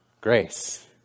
grace